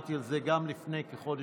דיברתי על זה גם לפני כחודש,